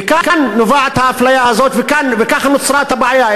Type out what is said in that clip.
ומכאן נובעת האפליה הזאת וכך נוצרה הבעיה.